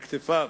על כתפיו,